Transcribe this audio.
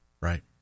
Right